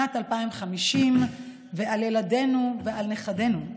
על שנת 2050 ועל ילדינו ועל נכדינו.